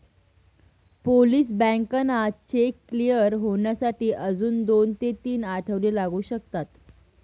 Polish बँकांना cheque clear होण्यासाठी अजून दोन ते तीन आठवडे लागू शकतात